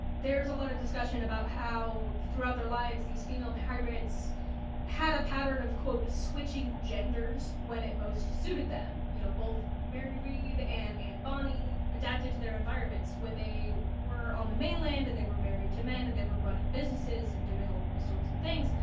there's a lot of discussion about how throughout their lives, these female pirates had a pattern of quote switching genders when it most suited them, you know, both mary read and anne bonny adapted to their environments. when they were on the mainland and they were married to men and they were running businesses and doing all of those sorts of things,